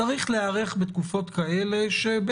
ולכן גם כשהיה חוק להארכת התוקף של תקנות שעת חירום,